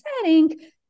setting